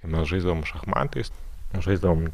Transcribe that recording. mes žaisdavom šachmatais žaisdavom